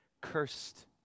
cursed